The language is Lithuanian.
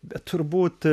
bet turbūt